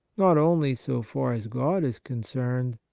not only so far as god is concerned,